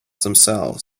themselves